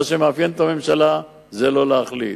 מה שמאפיין את הממשלה הוא לא להחליט.